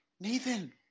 Nathan